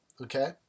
okay